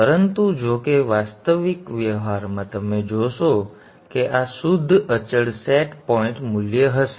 પરંતુ જો કે વાસ્તવિક વ્યવહારમાં તમે જોશો કે આ શુદ્ધ અચળ સેટ પોઇન્ટ મૂલ્ય હશે